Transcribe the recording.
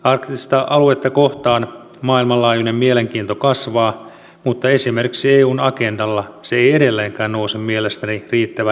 arktista aluetta kohtaan maailmanlaajuinen mielenkiinto kasvaa mutta esimerkiksi eun agendalla se ei edelleenkään nouse mielestäni riittävän korkealle